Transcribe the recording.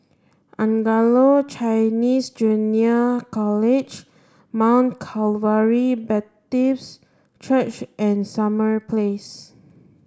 Anglo Chinese Junior College Mount Calvary Baptist Church and Summer Place